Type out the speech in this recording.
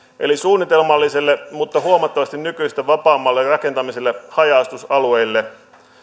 eli suunnitelmalliselle mutta huomattavasti nykyistä vapaammalle rakentamiselle haja asutusalueille